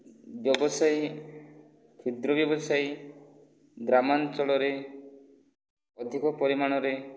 ବ୍ୟବସାୟୀ କ୍ଷୁଦ୍ର ବ୍ୟବସାୟୀ ଗ୍ରାମାଞ୍ଚଳରେ ଅଧିକ ପରିମାଣରେ